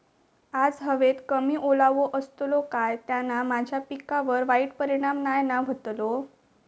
आज हवेत कमी ओलावो असतलो काय त्याना माझ्या पिकावर वाईट परिणाम नाय ना व्हतलो?